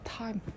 time